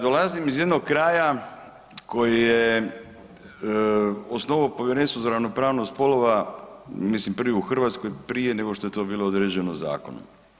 Dolazim iz jednog kraja koji je osnovao povjerenstvo za ravnopravnost spolova mislim prvi u Hrvatskoj prije nego što je to bilo određeno zakonom.